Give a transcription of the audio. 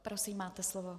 Prosím, máte slovo.